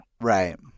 right